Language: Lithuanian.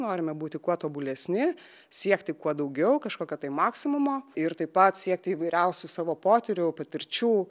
norime būti kuo tobulesni siekti kuo daugiau kažkokio tai maksimumo ir taip pat siekti įvairiausių savo potyrių patirčių